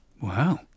Wow